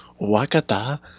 wakata